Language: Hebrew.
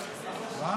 שיקבל?